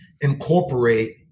incorporate